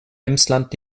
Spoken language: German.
emsland